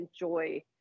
enjoy